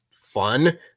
fun